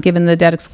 given the